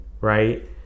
right